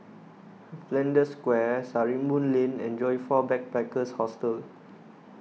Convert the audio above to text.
Flanders Square Sarimbun Lane and Joyfor Backpackers' Hostel